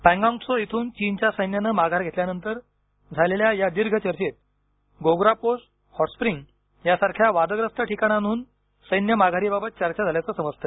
पॅनगॉन्ग त्सो इथून चीनच्या सैन्यानं माघार घेतल्यानंतर झालेल्या या दीर्घ चर्चेत गोग्रा पोस्ट हॉट स्प्रिंग या सारख्या वादग्रस्त ठिकाणांहून सैन्य माघारीबाबत चर्चा झाल्याचे समजते